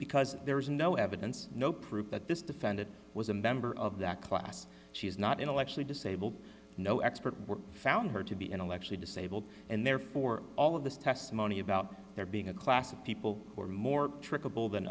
because there is no evidence no proof that this defendant was a member of that class she is not intellectually disabled no expert were found her to be intellectually disabled and therefore all of this testimony about there being a class of people who are more triple than